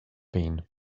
been